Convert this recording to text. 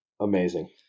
Amazing